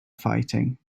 fighting